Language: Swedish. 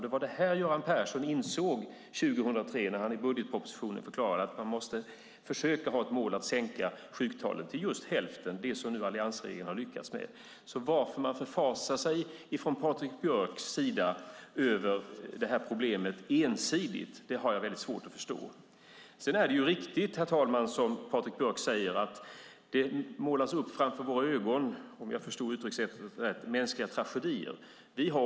Det var detta Göran Persson insåg 2003 när han i budgetpropositionen förklarade att man måste försöka ha ett mål att sänka sjuktalen till just hälften - det som alliansregeringen nu har lyckats med. Varför Patrik Björck förfasar sig över detta problem ensidigt har jag därför svårt att förstå. Det är riktigt, herr talman, som Patrik Björck säger, att det framför våra ögon målas upp - om jag förstod uttryckssättet rätt - mänskliga tragedier.